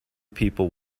people